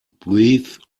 breathe